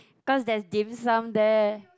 cause there's Dim Sum there